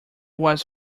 was